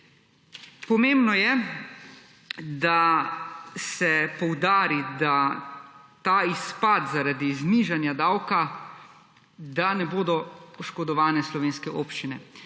Pomembno je, da se poudari, da ta izpad zaradi znižanja davka, da ne bodo oškodovane slovenske občine.